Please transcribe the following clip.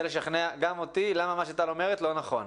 לשכנע גם אותי למה מה שטל אומרת לא נכון.